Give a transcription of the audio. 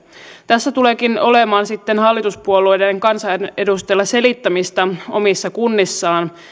tässä tuleekin olemaan sitten hallituspuolueiden kansanedustajilla selittämistä omissa kunnissaan